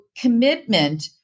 commitment